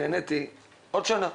נתנו לה תור לעוד שנה.